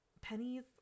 pennies